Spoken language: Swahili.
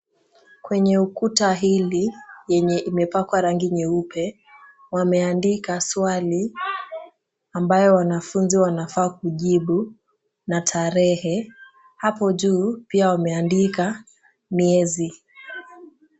Kwenye ukuta huu wenye imepakwa rangi nyeupe, wameandika swali ambalo wanafunzi wanafaa kujibu na tarehe. Hapo juu pia wameandika miezi.